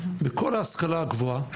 בכל ההשכלה הגבוהה,